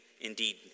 indeed